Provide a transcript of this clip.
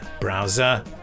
browser